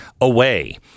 away